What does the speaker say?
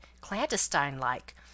clandestine-like